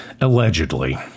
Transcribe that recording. allegedly